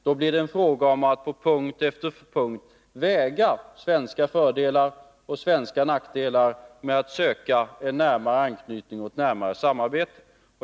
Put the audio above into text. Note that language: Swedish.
Då blir det en fråga om att på punkt efter punkt väga svenska fördelar och svenska nackdelar med att söka en närmare anknytning och ett närmare samarbete.